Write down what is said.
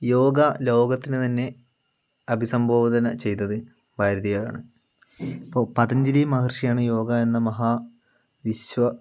യോഗ ലോകത്തിന് തന്നെ അഭിസംബോധന ചെയ്തത് ഭാരതീയരാണ് ഇപ്പോൾ പതഞ്ജലി മഹർഷി ആണ് യോഗ എന്ന മഹാ വിശ്വ